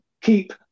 keep